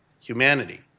humanity